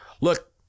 Look